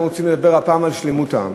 אנחנו רוצים לדבר הפעם על שלמות העם.